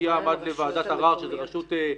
ים עד לוועדת ערר שזה רשות שיפוטית,